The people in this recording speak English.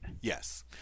Yes